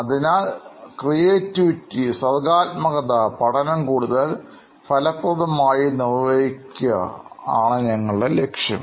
അതിനാൽ സർഗ്ഗാത്മകത പഠനം കൂടുതൽ ഫലപ്രദമായി നിർവഹിക്കാൻ ആണ് ഞങ്ങളുടെ ലക്ഷ്യം